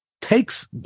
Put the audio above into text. takes